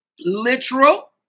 literal